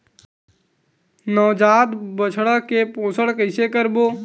नवजात बछड़ा के पोषण कइसे करबो?